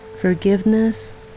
Forgiveness